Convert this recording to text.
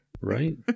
Right